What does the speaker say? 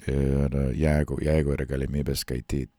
ir jeigu jeigu yra galimybė skaityt